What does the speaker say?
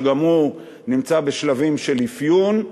שגם הוא נמצא בשלבים של אפיון.